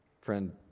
Friend